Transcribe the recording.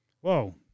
whoa